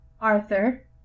Arthur